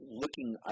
looking